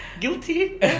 Guilty